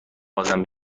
بازم